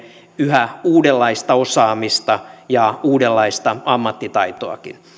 yhä uudenlaista osaamista ja uudenlaista ammattitaitoakin